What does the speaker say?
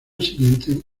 siguiente